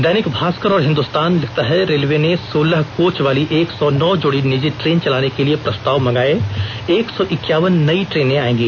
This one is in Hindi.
दैनिक भास्कर और हिन्दुस्तान लिखता है रेलवे ने सोलह कोच वाली एक सौ नौ जोड़ी निजी ट्रेन चलाने के लिए प्रस्ताव मंगाए एक सौ इक्यावन नई ट्रेने आएगी